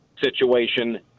situation